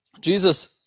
Jesus